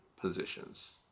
positions